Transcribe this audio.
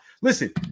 Listen